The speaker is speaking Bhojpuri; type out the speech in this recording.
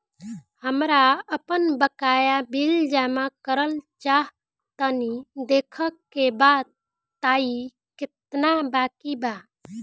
हमरा आपन बाकया बिल जमा करल चाह तनि देखऽ के बा ताई केतना बाकि बा?